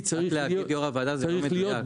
יושב-ראש הוועדה, זה לא מדויק.